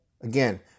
again